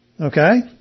Okay